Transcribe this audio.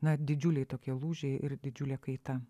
na didžiuliai tokie lūžiai ir didžiulė kaita